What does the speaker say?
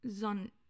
sun